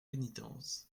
pénitence